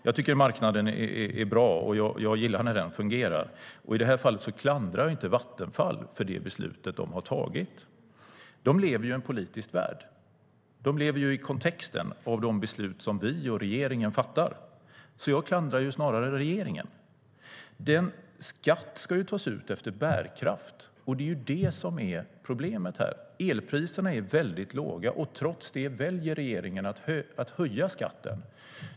Jag tycker att marknaden är bra, och jag gillar när den fungerar. I det här fallet klandrar jag inte Vattenfall för det beslut som det har fattat. Det lever i en politisk värld. Det lever i kontexten av de beslut som vi och regeringen fattar. Jag klandrar snarare regeringen. Skatt ska tas ut efter bärkraft. Det är problemet här. Elpriserna är väldigt låga. Trots det väljer regeringen att höja skatten.